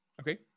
okay